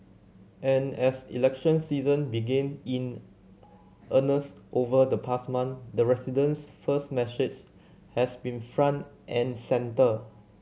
and as election season began in earnest over the past month the residents first message has been front and centre